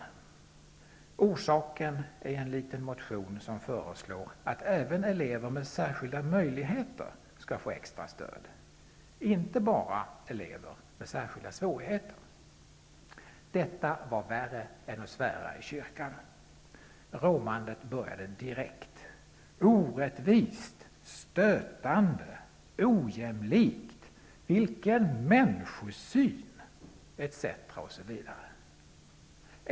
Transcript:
Orsaken är en liten motion med förslaget att även elever med särskilda möjligheter skall få extra stöd -- alltså inte bara elever med särskilda svårigheter! Detta var värre än att svära i kyrkan. Råmandet började direkt. Det här var orättvist, stötande, ojämlikt osv. Vilken människosyn! utbrast man.